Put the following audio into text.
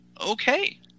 okay